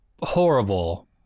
horrible